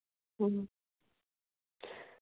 हाँ